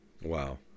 Wow